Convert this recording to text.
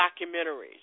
documentaries